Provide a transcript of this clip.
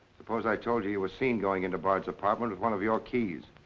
suppose i told you you were seen going into bard's apartment with one of your keys?